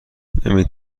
نمی